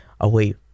away